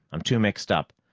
i'm too mixed up.